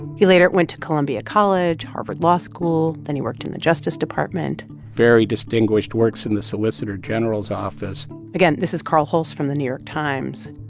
he later went to columbia college, harvard law school. then he worked in the justice department very distinguished, works in the solicitor general's office again, this is carl hulse from the new york times.